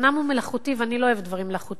אומנם הוא מלאכותי ואני לא אוהבת דברים מלאכותיים,